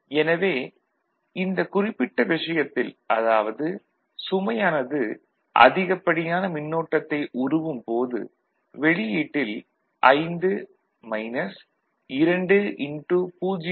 எனவே இந்தக் குறிப்பிட்ட விஷயத்தில் அதாவது சுமையானது அதிகப்படியான மின்னோட்டத்தை உருவும் போது வெளியீட்டில் 5 2 x 0